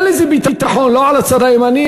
לי אין ביטחון: לא בצד הימני,